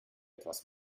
etwas